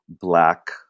black